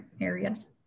areas